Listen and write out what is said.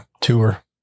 tour